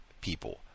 people